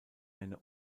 eine